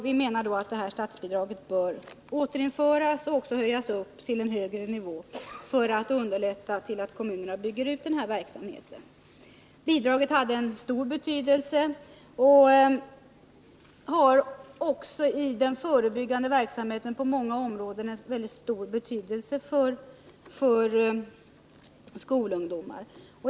Vi menar att detta statsbidrag bör återinföras och höjas för att underlätta för kommunerna att bygga ut denna verksamhet. Bidraget hade mycket stor betydelse. bl.a. på många områden inom den förebyggande verksamheten för skolungdomar.